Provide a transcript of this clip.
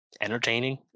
entertaining